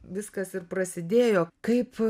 viskas ir prasidėjo kaip